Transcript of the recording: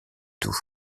tout